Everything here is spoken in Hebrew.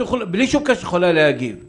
בלי שום קשר את יכולה להגיב,